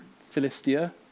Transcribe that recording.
Philistia